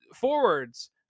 forwards